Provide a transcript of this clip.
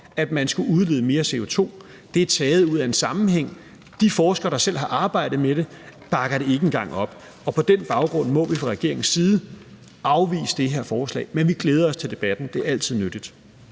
at man skulle udlede mere CO2, er taget ud af en sammenhæng. De forskere, der selv har arbejdet med det, bakker det ikke engang op. På den baggrund må vi fra regeringens side afvise det her forslag, men vi glæder os til debatten. Det er altid nyttigt.